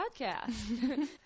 podcast